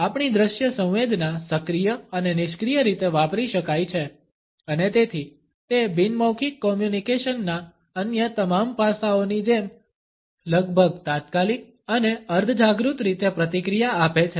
આપણી દ્રશ્ય સંવેદના સક્રિય અને નિષ્ક્રિય રીતે વાપરી શકાય છે અને તેથી તે બિન મૌખિક કોમ્યુનકેશનના અન્ય તમામ પાસાઓની જેમ લગભગ તાત્કાલિક અને અર્ધજાગૃત રીતે પ્રતિક્રિયા આપે છે